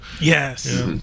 Yes